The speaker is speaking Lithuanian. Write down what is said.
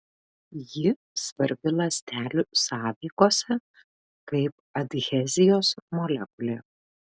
ji svarbi ląstelių sąveikose kaip adhezijos molekulė